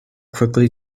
quickly